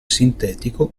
sintetico